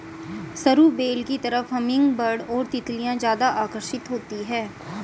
सरू बेल की तरफ हमिंगबर्ड और तितलियां ज्यादा आकर्षित होती हैं